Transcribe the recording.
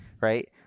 Right